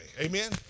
Amen